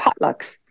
potlucks